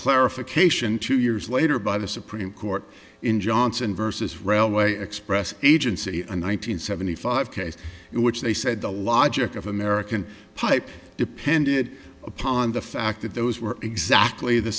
clarification two years later by the supreme court in johnson versus railway express agency in one nine hundred seventy five case in which they said the logic of american pipe depended upon the fact that those were exactly the